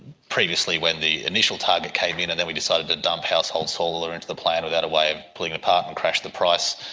previously when the initial target came in and then we decided to dump household solar into the plan without a way of pulling it apart and crashed the price,